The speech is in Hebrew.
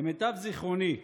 למיטב זיכרוני,